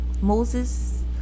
moses